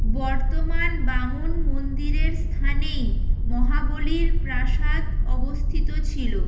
বর্তমান বামন মন্দিরের স্থানেই মহাবলীর প্রাসাদ অবস্থিত ছিলো